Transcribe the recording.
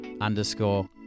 underscore